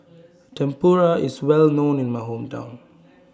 Tempura IS Well known in My Hometown